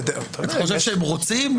אתה חושב שהם רוצים?